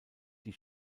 die